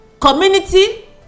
community